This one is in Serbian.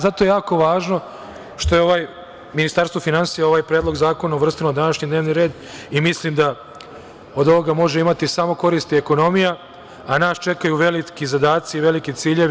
Zato je jako važno što je Ministarstvo finansija ovaj Predlog zakona uvrstilo u današnji dnevni red i mislim da od ovoga može imati samo korist ekonomija, a nas čekaju veliki zadaci i veliki ciljevi.